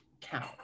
count